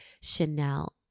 Chanel